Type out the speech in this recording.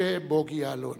משה בוגי יעלון.